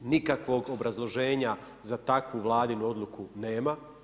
Nikakvog obrazloženja za takvu vladinu odluku nema.